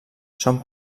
són